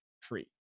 free